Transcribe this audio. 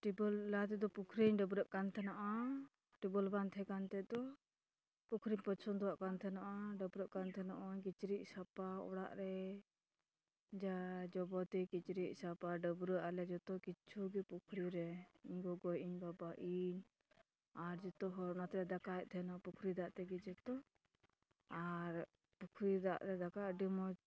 tubewell ᱞᱟᱦᱟ ᱛᱮᱫᱚ ᱯᱩᱠᱷᱨᱤ ᱨᱮᱧ ᱰᱟᱹᱵᱽᱨᱟᱹᱜ ᱠᱟᱱ ᱛᱟᱦᱮᱱᱟ ᱴᱤᱭᱩᱵᱽᱚᱭᱮᱞ ᱵᱟᱝ ᱛᱟᱦᱮᱸ ᱠᱟᱱ ᱛᱮᱫ ᱫᱚ ᱯᱩᱠᱷᱨᱤᱧ ᱯᱚᱪᱷᱚᱱᱫᱚᱣᱟᱜ ᱠᱟᱱ ᱛᱟᱦᱮᱱᱚᱜᱼᱟ ᱰᱟᱹᱵᱽᱨᱟᱹᱜ ᱠᱟᱱ ᱛᱟᱦᱮᱱᱚᱜᱼᱟ ᱠᱤᱪᱨᱤᱡ ᱥᱟᱯᱷᱟ ᱚᱲᱟᱜ ᱨᱮ ᱡᱟ ᱡᱚᱵᱚᱛᱤ ᱠᱤᱪᱨᱤᱡ ᱥᱟᱯᱟ ᱰᱟᱹᱵᱽᱨᱟᱹᱜ ᱟᱞᱮ ᱡᱚᱛᱚ ᱠᱤᱪᱷᱩ ᱜᱮ ᱯᱩᱠᱷᱨᱤ ᱨᱮ ᱤᱧ ᱜᱚᱜ ᱤᱧ ᱵᱟᱵᱟ ᱤᱧ ᱟᱨ ᱡᱚᱛᱚ ᱦᱚᱲ ᱚᱱᱟᱛᱮᱞᱮ ᱫᱟᱠᱟ ᱛᱟᱦᱮᱱᱟ ᱯᱩᱠᱷᱨᱤ ᱫᱟᱜ ᱛᱮᱜᱮ ᱡᱚᱛᱚ ᱟᱨ ᱯᱩᱠᱷᱨᱤ ᱫᱟᱜ ᱨᱮ ᱫᱟᱠᱟ ᱟᱹᱰᱤ ᱢᱚᱡᱽ